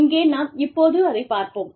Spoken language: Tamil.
இங்கே நாம் இப்போது அதைப் பார்ப்போம்